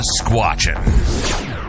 squatching